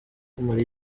kumara